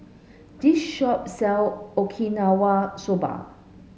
this shop sell Okinawa Soba